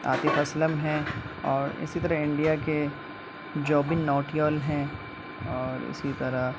عاطف اسلم ہیں اور اسی طرح انڈیا کے جوبن نوٹیال ہیں اور اسی طرح